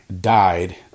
died